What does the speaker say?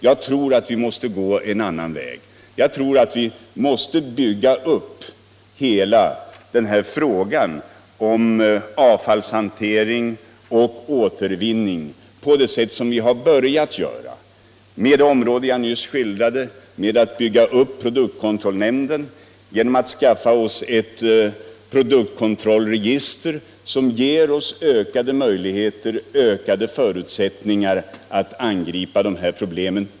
Jag tror att vi måste gå en annan väg. Vi måste lösa frågan om avfallshantering och återvinning på det sätt som vi har börjat göra, och bygga vidare på de åtgärder som jag skildrade i mitt svar. Vi skall bygga upp produktkontrollnämnden och skaffa oss ett produktkontrollregister som ger oss ökade förutsättningar att bedöma produkten.